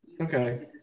Okay